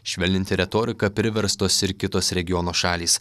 švelninti retoriką priverstos ir kitos regiono šalys